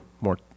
more